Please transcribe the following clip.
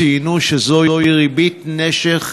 ציינו שזוהי ריבית נשך,